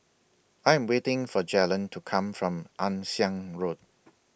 I Am waiting For Jaylen to Come from Ann Siang Road